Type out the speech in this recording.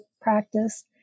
practice